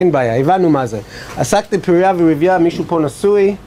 אין בעייה, הבנו מה זה עסקת בפריה ורבייה מישהו פה נשוי